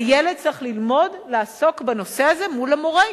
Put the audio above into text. הילד צריך ללמוד לעסוק בנושא הזה מול המורה,